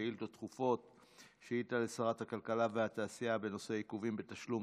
שאילתה לשרת הכלכלה והתעשייה בנושא עיכובים בתשלום